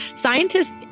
scientists